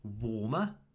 warmer